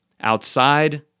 outside